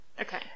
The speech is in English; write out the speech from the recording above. Okay